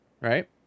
right